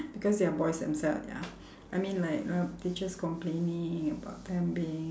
because they are boys themself ya I mean like uh teachers complaining about them being